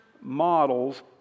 models